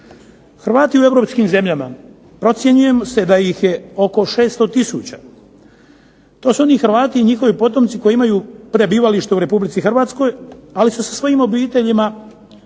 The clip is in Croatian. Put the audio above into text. Hrvati u europskim zemljama, procjenjuje se da ih je oko 600 tisuća. To su oni Hrvati i njihovi potomci koji imaju prebivalište u Republici Hrvatskoj, ali sa svojim obiteljima borave